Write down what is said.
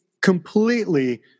completely